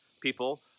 people